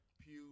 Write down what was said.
Pew